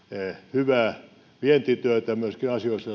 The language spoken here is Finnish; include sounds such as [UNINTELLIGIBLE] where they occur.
hyvää vientityötä myöskin asioissa [UNINTELLIGIBLE]